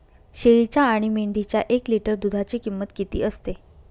शेळीच्या आणि मेंढीच्या एक लिटर दूधाची किंमत किती असते?